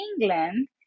England